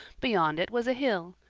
beyond it was a hill,